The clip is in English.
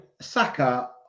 Saka